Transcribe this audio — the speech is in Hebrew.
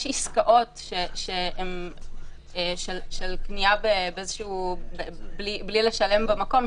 יש עסקאות של קנייה בלי לשלם במקום,